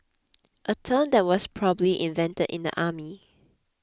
a term that was probably invented in the army